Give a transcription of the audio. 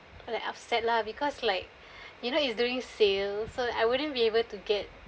like upset lah because like you know it's during sale so I wouldn't be able to get